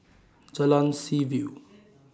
Jalan Seaview